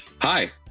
Hi